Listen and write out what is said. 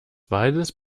waldes